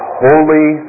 holy